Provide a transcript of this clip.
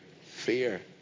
fear